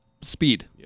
Speed